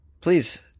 Please